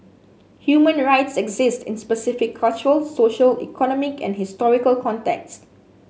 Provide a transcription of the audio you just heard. human rights exist in specific cultural social economic and historical contexts